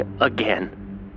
again